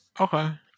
Okay